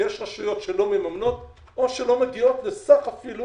יש רשויות שלא מממנות, או שלא מגיעות לסך אפילו